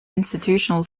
institutional